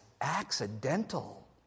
accidental